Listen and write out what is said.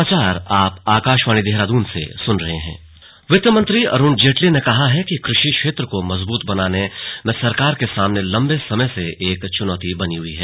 slug Arun Jaitley वित्त मंत्री अरुण जेटली ने कहा है कि कृषि क्षेत्र को मजबूत बनाना सरकार के सामने लंबे समय से एक चुनौती बनी हुई है